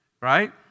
Right